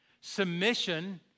Submission